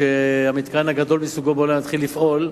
כשהמתקן הגדול מסוגו בעולם יתחיל לפעול,